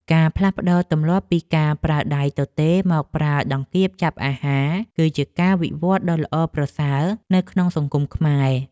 ការផ្លាស់ប្តូរទម្លាប់ពីការប្រើដៃទទេមកប្រើដង្កៀបចាប់អាហារ គឺជាការវិវត្តដ៏ល្អប្រសើរនៅក្នុងសង្គមខ្មែរ។